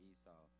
Esau